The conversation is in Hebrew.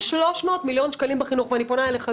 יש 300 מיליון שקלים בחינוך ואני פונה אליך,